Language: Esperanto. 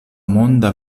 monda